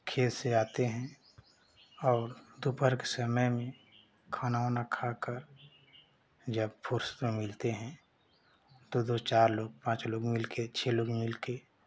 खेत से आते हैं और दुपहर के समय में खाना उना खाकर जब फ़ुरसत में मिलते हैं तो दो चार लोग पाँच लोग मिलकर छह लोग मिलकर